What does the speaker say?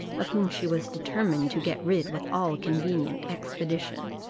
of whom she was determined to get rid with all convenient expedition.